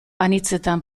anitzetan